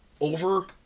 over